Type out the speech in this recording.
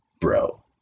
bro